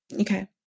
Okay